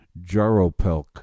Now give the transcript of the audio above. jaropelk